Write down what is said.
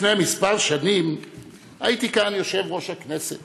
לפני כמה שנים הייתי כאן יושב-ראש הכנסת